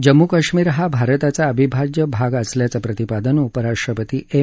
जम्मू काश्मीर हा भारताचा अविभाज्य भाग असल्याचं प्रतिपादन उपराष्ट्रपती एम